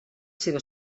seva